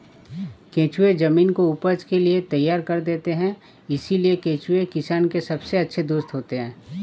केंचुए जमीन को उपज के लिए तैयार कर देते हैं इसलिए केंचुए किसान के सबसे अच्छे दोस्त होते हैं